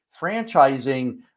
Franchising